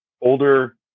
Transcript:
older